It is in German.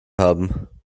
haben